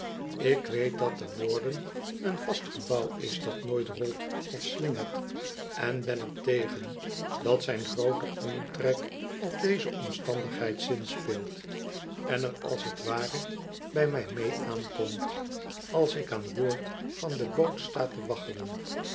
ik weet dat de warden een vast gebouw is dat nooit rolt of slingert en ben er tegen dat zijn groote omtrek op deze omstandigheid zinspeelt en er als t ware bij mij mee aankomt als ik aan boord van de boot sta te waggelen